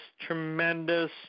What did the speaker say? tremendous